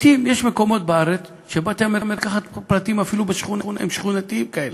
יש מקומות בארץ שבתי-המרקחת הפרטיים הם אפילו שכונתיים כאלה.